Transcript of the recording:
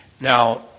Now